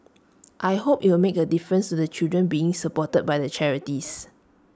I hope IT will make A difference to the children being supported by the charities